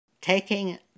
taking